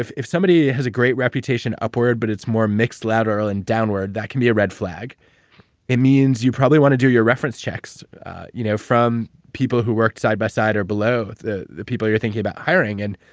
if if somebody has a great reputation upward, but it's more mixed lateral and downward, that can be a red flag it means, you probably want to do your reference checks you know from people who worked side by side or below the people you're thinking about hiring, and,